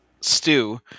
Stew